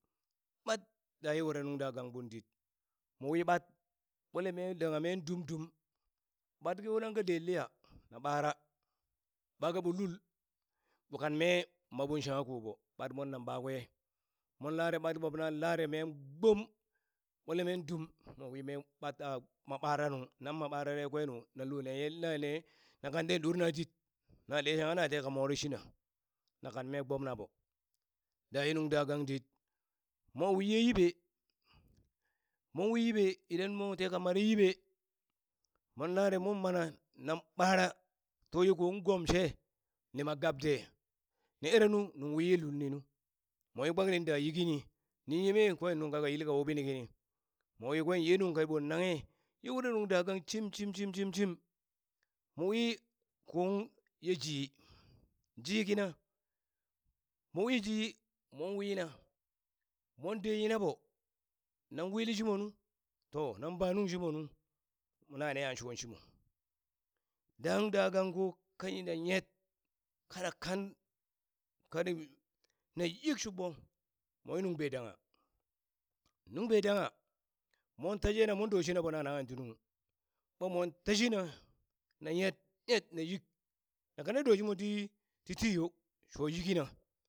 Ɓat daye were nuŋ dagangɓon dit mowi ɓat ɓwele meen dangha meen dumdum ɓat ko nanka den liya na ɓara ɓaaka ɓo lul ɓo kan mee maɓo shangha koɓo ɓat mwannan ɓakwe mon lare ɓat pab nan lare men gbom ɓwele men dum mowi me ɓat aa ma ɓara nuŋ nan ma ɓarare kwe nung nan loo leye neye na kan ten ɗorna dit na ɗe shangha na teha more shina na kan me gbob na ɓo, daye nung dangang ɗit mo wi ye yiɓe mon wi yiɓe idan mo teha mare yiɓe, mon lare mon mana nan ɓara to yekon gom she ni ma gab de ni erenu nung wiye lulni nu mowi kpaŋ ninda yikini nin yeme kwen nungka ka yila wubini kini mowi kwen ye nungka ɓon nanghe, ye ur nung da gang shim shim shim shim, mowi kong ye jii jii kina mowi jii mon wina mon de yinaɓo nan wili shimonu to nang ba nuŋ shimo nu na neha shon shimo dang dagangko kanina yet kana kan kani na yik shuɓɓo, mowi nuŋ be dangha nung be dangha mon ta jene mon doshinaɓo na nangha ti nung ɓa mon tashina na nyet nyet! na yik na kane do shimo ti titi yo sho yikina